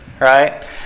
right